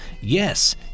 Yes